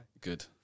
good